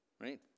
right